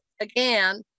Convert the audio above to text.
again